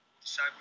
Decide